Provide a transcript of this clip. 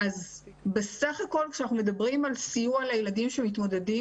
אז בסך הכול כשאנחנו מדברים על סיוע לילדים שמתמודדים